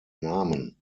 namen